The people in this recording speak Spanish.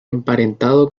emparentado